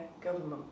government